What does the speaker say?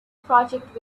project